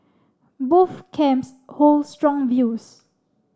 both camps hold strong views